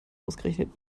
ausgerechnet